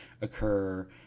occur